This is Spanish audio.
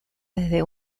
desde